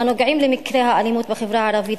הנוגעים למקרי האלימות בחברה הערבית,